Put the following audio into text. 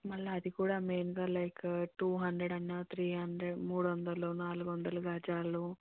మళ్ళా అది కూడా మెయిన్గా లైక్ టూ హండ్రెడ్ అన్న త్రీ హండ్రెడ్ మూడు వందలు నాలుగు వందల గజాలు